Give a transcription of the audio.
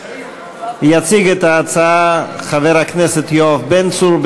יציג את ההצעה חבר הכנסת יואב בן צור,